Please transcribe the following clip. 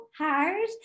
hard